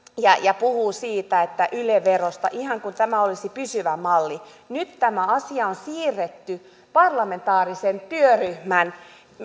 ja ja puhuu yle verosta ihan kuin tämä olisi pysyvä malli nyt tämä asia on siirretty parlamentaarisen työryhmän